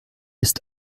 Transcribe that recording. ist